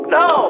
no